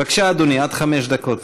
בבקשה, אדוני, עד חמש דקות.